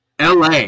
LA